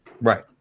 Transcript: right